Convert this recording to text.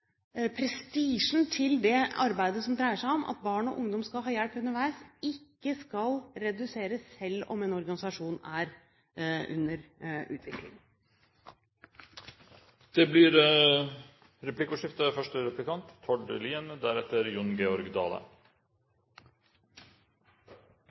prestisjen til det arbeidet som dreier seg om at barn og ungdom skal ha hjelp underveis, ikke skal reduseres selv om en organisasjon er under utvikling. Det blir replikkordskifte.